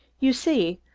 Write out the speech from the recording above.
you see,